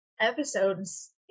episodes